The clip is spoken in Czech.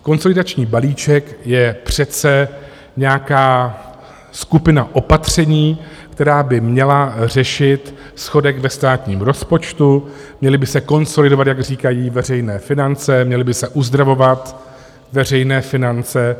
Konsolidační balíček je přece nějaká skupina opatření, které by měly řešit schodek ve státním rozpočtu, měly by se konsolidovat, jak říkají, veřejné finance, měly by se uzdravovat veřejné finance.